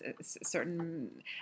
certain